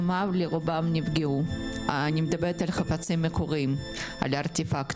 עד כמה הבניין ראוי וכשיר בכלל לשימוש ואז אנחנו נקבל